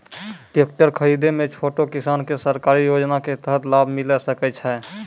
Tractor खरीदै मे छोटो किसान के सरकारी योजना के तहत लाभ मिलै सकै छै?